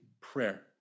prayer